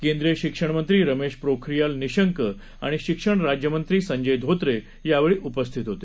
केंद्रीयशिक्षणमंत्रीरमेशपोखरियालनिशंकआणिशिक्षणराज्यमंत्रीसंजयधोत्रेयावेळीउपस्थितहोते